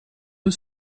eux